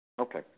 Okay